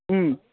ம்